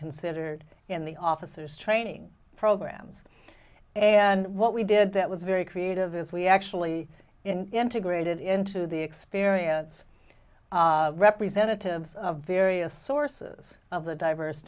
considered in the officers training programs and what we did that was very creative is we actually integrated into the experience representatives of various sources of the diverse